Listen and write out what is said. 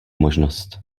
možnost